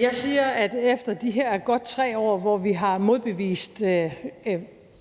jeg siger, at efter de her godt 3 år, hvor vi har modbevist